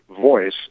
voice